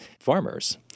farmers